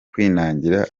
kwinangira